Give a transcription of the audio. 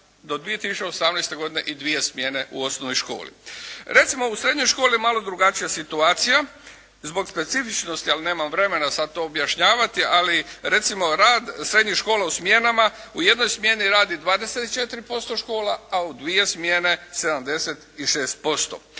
bi se ukinula i dvije smjene u osnovnoj školi. Recimo u srednjoj školi malo drugačija situacija zbog specifičnosti, ali nemam vremena sada to objašnjavati ali recimo rad srednjih škola u smjenama, u jednoj smjeni radi 24% škola, a u dvije smjene 76%.